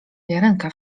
wiarenka